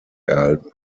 erhalten